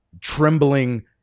trembling